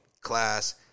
class